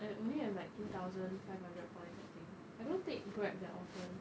I only have like two thousand five hundred points I think I don't take grab that often